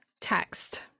text